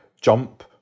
jump